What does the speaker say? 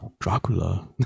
dracula